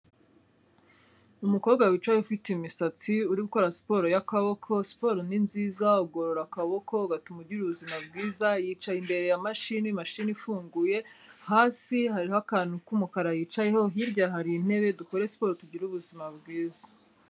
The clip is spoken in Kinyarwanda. Umukobwa wicaye ufite imisatsi uri gukora siporo y'akaboko, siporo ni nziza ugorora akaboko, ugatuma ugira ubuzima bwiza, yicaye imbere ya mashini, mashini ifunguye, hasi hariho akantu k'umukara yicayeho, hirya hari intebe, dukore siporo tugire ubuzima bwiza.